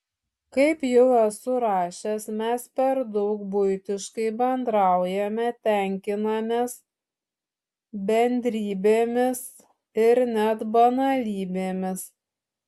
kaip jau esu rašęs mes per daug buitiškai bendraujame tenkinamės bendrybėmis ir net banalybėmis